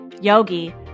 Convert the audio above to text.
yogi